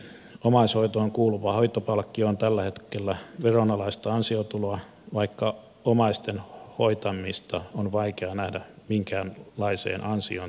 omaishoitoon kuuluva hoitopalkkio on tällä hetkellä veronalaista ansiotuloa vaikka omaisten hoitamista on vaikea nähdä minkäänlaiseen ansioon tähtäävänä toimena